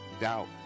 doubt